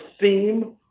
theme